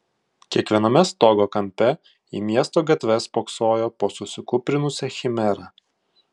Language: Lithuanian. kiekviename stogo kampe į miesto gatves spoksojo po susikūprinusią chimerą